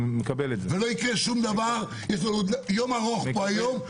לא יקרה דבר יש לנו יום ארוך פה היום,